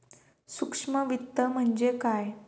सूक्ष्म वित्त म्हणजे काय?